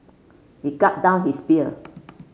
he gulped down his beer